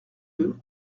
deux